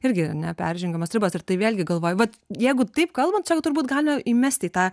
irgi ar ne peržengiamos ribos ir tai vėlgi galvoju vat jeigu taip kalbant čia turbūt galima įmest į tą